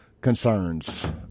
concerns